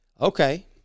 Okay